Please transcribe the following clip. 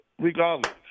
regardless